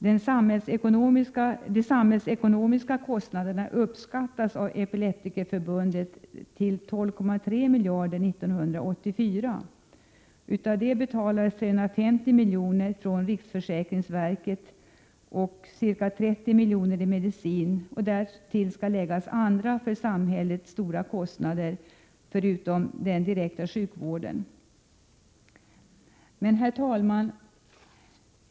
De samhällsekonomiska kostnaderna uppskattades av Epileptikerförbundet 1984 till 12,3 miljarder, av vilka 350 milj.kr. utbetalades från riksförsäkringsverket och ca 30 milj.kr. i medicin. Därtill skall läggas andra för samhället stora kostnader förutom kostnader för den direkta sjukvården. Herr talman!